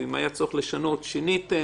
ואם היה צורך לשנות שיניתם.